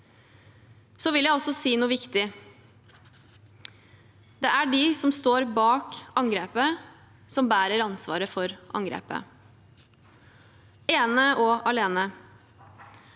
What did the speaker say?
Så vil jeg også si noe viktig. Det er de som står bak angrepet, som bærer ansvaret for angrepet – ene og alene.